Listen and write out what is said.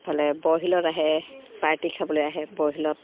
ইফালে বৰশিলত আহে পাৰ্টি খাবলৈ আহে বৰশিলত